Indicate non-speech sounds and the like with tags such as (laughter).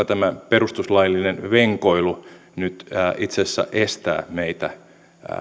(unintelligible) tämä perustuslaillinen venkoilu nyt itse asiassa estää meitä